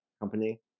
company